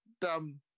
dumb